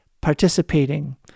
participating